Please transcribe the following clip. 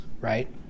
right